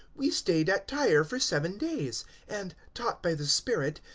we stayed at tyre for seven days and, taught by the spirit,